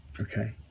Okay